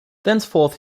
thenceforth